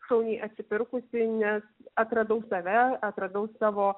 šauniai atsipirkusi nes atradau save atradau savo